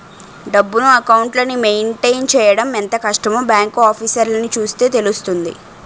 డబ్బును, అకౌంట్లని మెయింటైన్ చెయ్యడం ఎంత కష్టమో బాంకు ఆఫీసర్లని చూస్తే తెలుస్తుంది